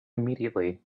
immediately